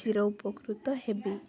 ଚିରଉପକୃତ ହେବି